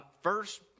first